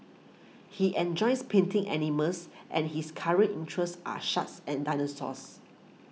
he enjoys painting animals and his current interests are sharks and dinosaurs